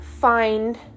find